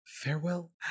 farewell